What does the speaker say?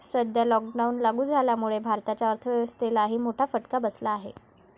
सध्या लॉकडाऊन लागू झाल्यामुळे भारताच्या अर्थव्यवस्थेलाही मोठा फटका बसला आहे